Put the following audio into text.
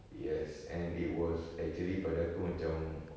yes and it was actually pada aku macam